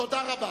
תודה רבה.